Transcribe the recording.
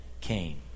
came